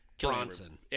Bronson